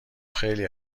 خیلی